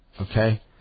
okay